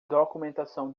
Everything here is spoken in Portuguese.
documentação